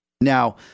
Now